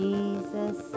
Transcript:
Jesus